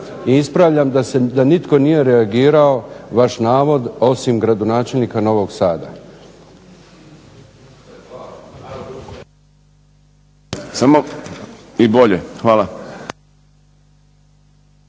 i ispravljam da nitko nije reagirao vaš navod osim gradonačelnika Novog Sada.